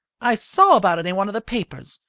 i saw about it in one of the papers.